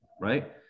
right